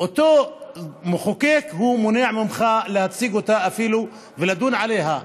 אותו מחוקק מונע ממך להציג אותה אפילו ולדון עליה,